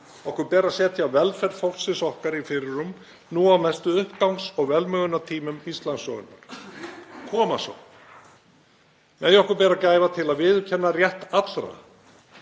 Okkur ber að setja velferð fólksins okkar í fyrirrúm nú á mestu uppgangs- og velmegunartímum Íslandssögunnar. Koma svo. Megum við bera gæfu til að viðurkenna rétt allra,